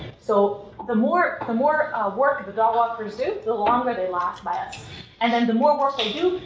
so, the more the more work the dog walkers do, the longer they last by us and then the more work they do,